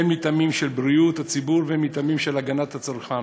הן מטעמים של בריאות הציבור והן מטעמים של הגנת הצרכן.